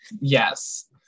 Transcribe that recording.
Yes